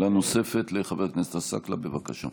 שאלה נוספת לחבר הכנסת עסאקלה, בבקשה.